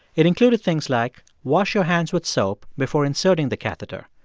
it included things like wash your hands with soap before inserting the catheter,